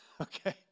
Okay